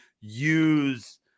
use